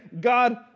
God